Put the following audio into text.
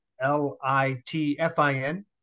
l-i-t-f-i-n